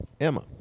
Emma